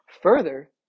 Further